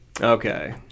Okay